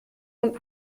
nun